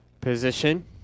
position